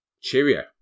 Cheerio